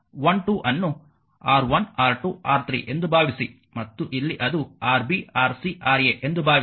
ಈಗ 12 ಅನ್ನು R1R2 R3 ಎಂದು ಭಾವಿಸಿ ಮತ್ತು ಇಲ್ಲಿ ಅದು Rb Rc Ra ಎಂದು ಭಾವಿಸಿ